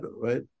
right